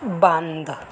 ਬੰਦ